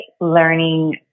learning